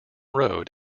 road